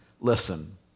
listen